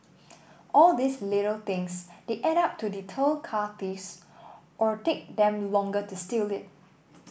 all these little things they add up to deter car thieves or take them longer to steal it